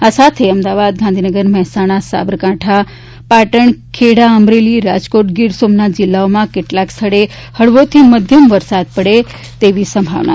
આ સાથે અમદાવાદ ગાંધીનગર મહેસાણા સાબરકાંઠા પાટણ ખેડા અમરેલી રાજકોટ ગીરસોમનાથ જિલ્લાઓમાં કેટલાક સ્થળે હળવોથી મધ્યમ વરસાદ પડે તેની સંભાવના છે